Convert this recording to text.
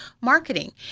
marketing